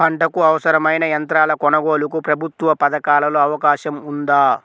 పంటకు అవసరమైన యంత్రాల కొనగోలుకు ప్రభుత్వ పథకాలలో అవకాశం ఉందా?